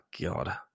God